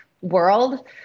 world